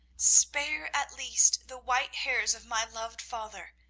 spare at least the white hairs of my loved father.